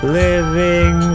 living